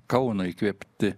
kauno įkvėpti